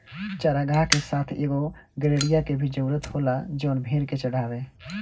चारागाह के साथ एगो गड़ेड़िया के भी जरूरत होला जवन भेड़ के चढ़ावे